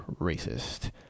racist